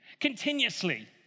continuously